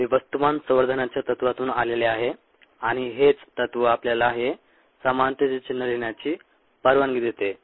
हे वस्तुमान संवर्धनाच्या तत्त्वातून आलेले आहे आणि हेच तत्त्व आपल्याला हे समानतेचे चिन्ह लिहिण्याची परवानगी देते